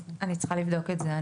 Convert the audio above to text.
אני צריכה לבדוק את זה.